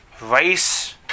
race